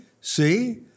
See